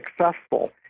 successful